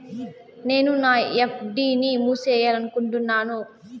నేను నా ఎఫ్.డి ని మూసేయాలనుకుంటున్నాను